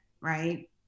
right